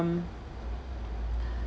mm